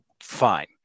fine